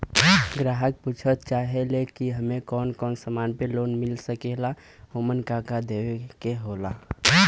ग्राहक पुछत चाहे ले की हमे कौन कोन से समान पे लोन मील सकेला ओमन का का देवे के होला?